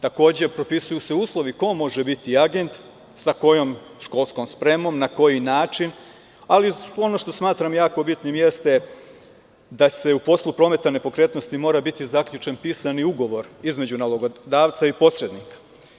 Takođe, propisuju se uslovi ko može biti agent, sa kojom školskom spremom, na koji način, ali ono što smatram jako bitnim jeste da se u poslu prometa nepokretnosti mora biti zaključen pisani ugovor između nalogodavca i posrednika.